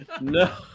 No